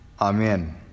Amen